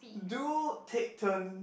do take turn